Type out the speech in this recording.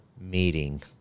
meeting